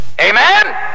amen